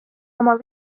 oma